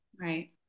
Right